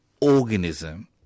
organism